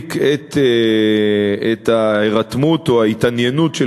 מצדיק את ההירתמות או ההתעניינות של